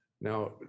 now